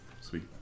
Sweet